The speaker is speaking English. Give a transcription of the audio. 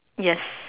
yes